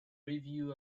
review